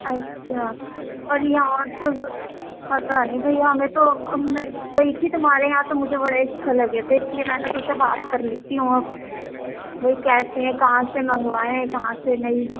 اچھا اور یہاں تو پتہ نہیں بھاٮٔی ہمیں تو میں گئی تھی تمہارے یہاں تو مجھے بڑے اچھے لگے تھے اِس لیے میں نے سوچا بات کر لیتی ہوں اب وہ کیسے ہیں کہاں سے منگوائے ہیں کہاں سے نہیں